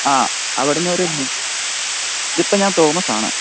ആ അവിടെ നിന്നൊരു ബുക്ക് ഇതിപ്പം ഞാൻ തോമസാണ്